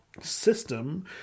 system